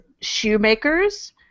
shoemakers